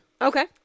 Okay